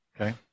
Okay